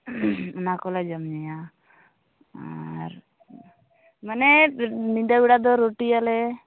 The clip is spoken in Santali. ᱚᱱᱟ ᱠᱚᱞᱮ ᱡᱚᱢ ᱧᱩᱭᱟ ᱟᱨ ᱢᱟᱱᱮ ᱧᱤᱫᱟᱹ ᱵᱮᱲᱟ ᱫᱚ ᱨᱩᱴᱤᱭᱟᱞᱮ